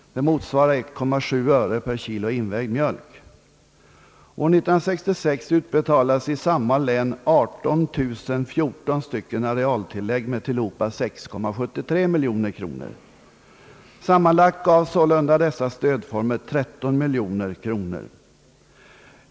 Det motsvarar 1,7 öre per kg invägd mjölk. År 1966 utbetalades i samma län 18 014 arealtillägg med tillhopa 6,73 miljoner kronor. Sammanlagt gav sålunda dessa stödformer 13 miljoner kronor.